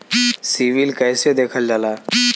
CIBIL कैसे देखल जाला?